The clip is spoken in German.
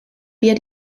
wir